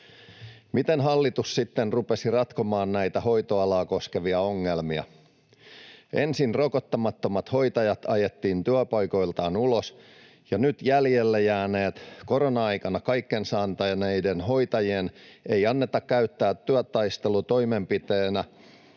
Miten hallitus sitten rupesi ratkomaan näitä hoitoalaa koskevia ongelmia? Ensin rokottamattomat hoitajat ajettiin työpaikoiltaan ulos, ja nyt jäljelle jääneiden, korona-aikana kaikkensa antaneiden hoitajien ei anneta käyttää työtaistelutoimenpiteitä